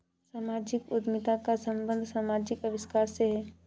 सामाजिक उद्यमिता का संबंध समाजिक आविष्कार से है